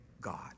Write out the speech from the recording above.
God